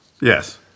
Yes